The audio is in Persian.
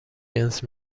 جنس